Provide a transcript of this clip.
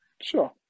Sure